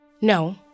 No